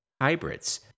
hybrids